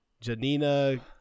Janina